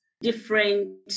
different